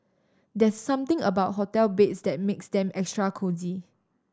there's something about hotel beds that makes them extra cosy